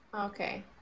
Okay